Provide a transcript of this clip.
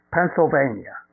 Pennsylvania